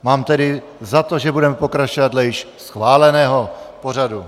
Mám tedy za to, že budeme pokračovat dle již schváleného pořadu.